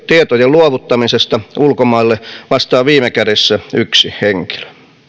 tietojen luovuttamisesta ulkomaille vastaa viime kädessä yksi henkilö